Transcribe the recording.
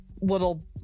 little